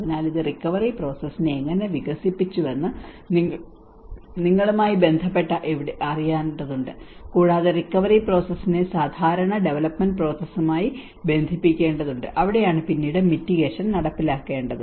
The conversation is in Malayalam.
അതിനാൽ ഇത് റിക്കവറി പ്രോസസ്സിനെ എങ്ങനെ വികസിപ്പിച്ചുവെന്ന് നിങ്ങളുമായി ബന്ധപ്പെട്ട എവിടെയോ അറിയേണ്ടതുണ്ട് കൂടാതെ റിക്കവറി പ്രോസസ്സിനെ സാധാരണ ഡെവലൊപ്മെന്റ് പ്രോസസ്സുമായി ബന്ധിപ്പിക്കേണ്ടതുണ്ട് അവിടെയാണ് പിന്നീട് മിറ്റിഗേഷൻ നടപ്പിലാക്കേണ്ടത്